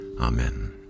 Amen